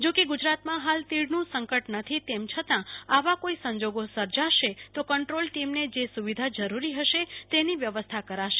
જો કે ગુજરાતમાં હાલ તીડનું સંકટ નથી તેમ છતા આવા કોઈ સંજોગો સર્જાશે તો કંન્દ્રોલ ટીમને જે સુવિધા જરૂરી હશે તેની વ્યવસ્થા કરાશે